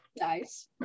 Nice